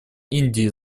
индии